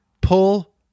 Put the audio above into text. pull